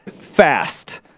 fast